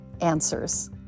answers